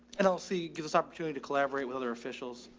and i'll see, gives us opportunity to collaborate with other officials.